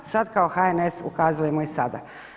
Sad kao HNS ukazujemo i sada.